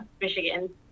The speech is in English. Michigan